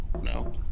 no